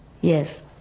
Yes